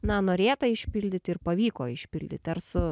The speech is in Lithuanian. na norėta išpildyti ir pavyko išpildyti ar su